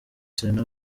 serena